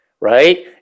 right